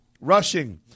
rushing